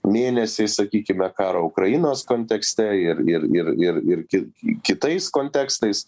mėnesiais sakykime karo ukrainos kontekste ir ir ir ir ki kitais kontekstais